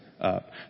up